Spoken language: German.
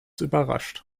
überrascht